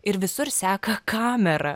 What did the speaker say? ir visur seka kamera